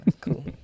Cool